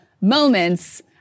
moments